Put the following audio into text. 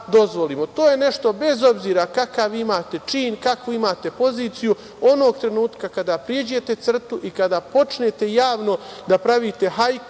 To je nešto, bez obzira kakav imate čin, kakvu imate poziciju, onog trenutka kada pređete crtu i kada počnete javno da pravite hajku,